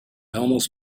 almost